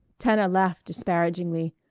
tana laughed disparagingly.